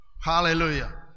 hallelujah